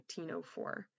1904